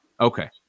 Okay